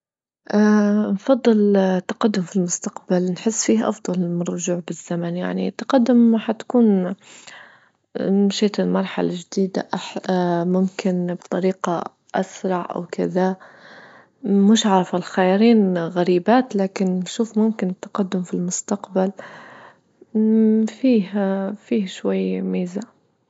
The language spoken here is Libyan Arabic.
اه نفضل التقدم في المستقبل نحس فيه أفضل من الرجوع بالزمن يعني التقدم حتكون مشيت لمرحلة جديدة ممكن بطريقة اسرع أو كذا مش عارفة الخيرين غريبات لكن نشوف ممكن تقدم في المستقبل فيه-فيه شوي ميزة.